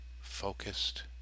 focused